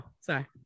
sorry